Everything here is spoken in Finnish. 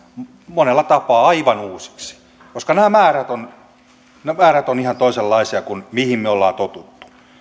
monella tapaa aivan uusiksi koska nämä määrät ovat ihan toisenlaisia kuin mihin me olemme tottuneet